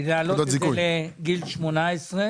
להעלות את זה לגיל 18,